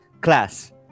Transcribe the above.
class